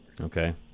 Okay